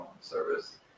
service